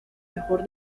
mejor